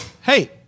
Hey